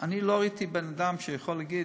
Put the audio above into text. אני לא ראיתי בן-אדם שיכול להגיד,